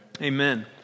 Amen